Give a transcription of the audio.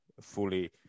fully